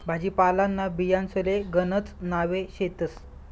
भाजीपालांना बियांसले गणकच नावे शेतस